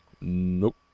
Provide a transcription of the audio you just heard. nope